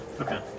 Okay